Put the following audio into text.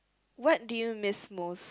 what do you miss most